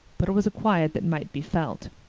but it was a quiet that might be felt.